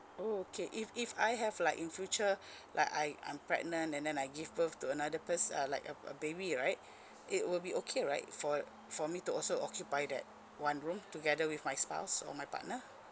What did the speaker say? oh okay if if I have like in future like I I'm pregnant and then I give birth to another pers~ uh like a a baby right it will be okay right for for me to also occupy that one room together with my spouse or my partner